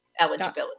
eligibility